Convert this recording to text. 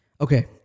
okay